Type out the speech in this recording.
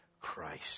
Christ